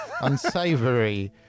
unsavory